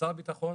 משרד הביטחון